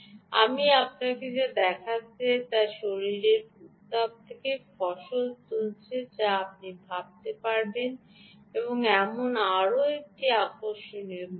আমি আপনাকে যা দেখাতে চাই তা শরীরের উত্তাপ থেকে ফসল তুলছে যা আপনি ভাবতে পারেন এমন আরও একটি আকর্ষণীয় বিষয়